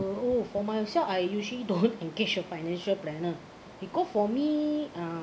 oh for my self I usually don't engage a financial planner because for me uh